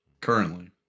currently